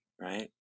Right